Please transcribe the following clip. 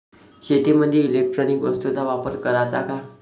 शेतीमंदी इलेक्ट्रॉनिक वस्तूचा वापर कराचा का?